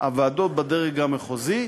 הוועדות בדרג המחוזי,